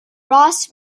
ross